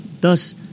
Thus